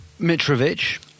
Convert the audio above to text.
Mitrovic